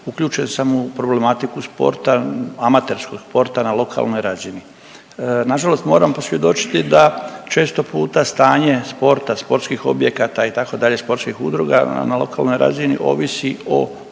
uključen sam u problematiku sporta, amaterskog sporta na lokalnoj razini. Nažalost moram posvjedočiti da često puta stanje sporta, sportskih objekata, itd., sportskih udruga na lokalnoj razini ovisi o volji